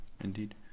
indeed